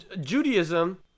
judaism